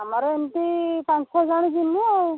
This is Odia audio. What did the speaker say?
ଆମର ଏମିତି ପାଞ୍ଚ ଛଅ ଜଣ ଯିମୁ ଆଉ